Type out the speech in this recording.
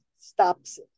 stops